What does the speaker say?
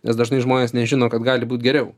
nes dažnai žmonės nežino kad gali būt geriau